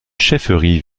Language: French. chefferie